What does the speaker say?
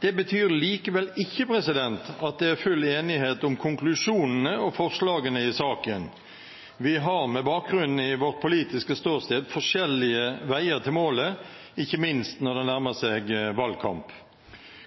Det betyr likevel ikke at det er full enighet om konklusjonene og forslagene i saken. Vi har med bakgrunn i vårt politiske ståsted forskjellige veier til målet, ikke minst når det nærmer seg valgkamp.